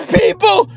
people